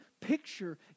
picture